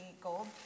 gold